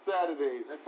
Saturdays